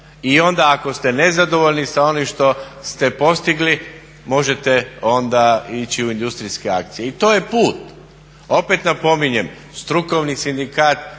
I onda ako ste nezadovoljni sa onim što ste postigli možete onda ići u industrijske akcije. I to je put. Opet napominjem, strukovni sindikat